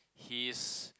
he is